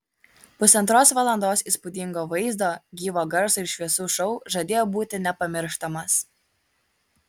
pusantros valandos įspūdingo vaizdo gyvo garso ir šviesų šou žadėjo būti nepamirštamas